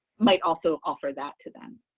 might also offer that to them.